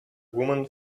woman